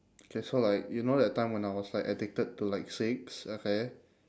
okay so like you know that time when I was like addicted to like cigs okay